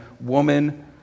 woman